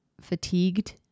fatigued